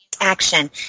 action